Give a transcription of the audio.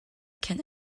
can